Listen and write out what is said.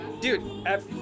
Dude